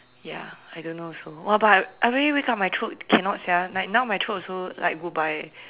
ya I don't know also !wah! but I really wake up my throat cannot sia like now my throat also like goodbye